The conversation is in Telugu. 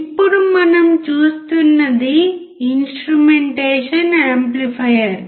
ఇప్పుడు మనం చూస్తున్నది ఇన్స్ట్రుమెంటేషన్ యాంప్లిఫైయర్